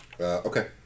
Okay